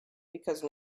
because